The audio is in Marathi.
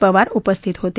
पवार उपस्थित होते